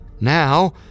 Now